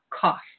cost